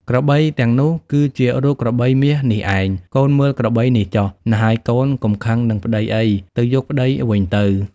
ក្របីទាំងនោះ គឺជារូបក្របីមាសនេះឯង កូនមើលក្របីនេះចុះ ណ្ហើយកូន កុំខឹងនឹងប្តីអី ទៅយកប្តីវិញទៅ។